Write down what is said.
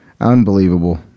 Unbelievable